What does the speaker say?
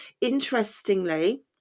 interestingly